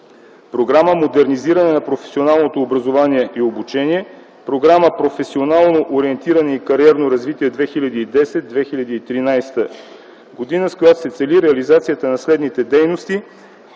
Програма „Модернизиране на професионалното образование и обучение, Програма „Професионално ориентиране и кариерно развитие 2010-2013 г.”, с която се цели реализацията на следните дейности: